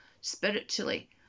spiritually